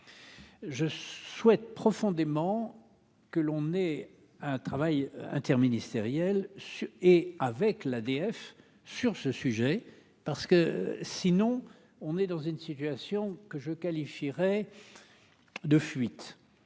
je souhaite profondément que l'on est un travail interministériel et avec l'ADF sur ce sujet parce que sinon, on est dans une situation que je qualifierai de fuite,